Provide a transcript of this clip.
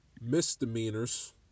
Misdemeanors